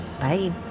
Bye